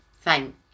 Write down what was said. thank